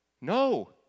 No